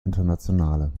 internationale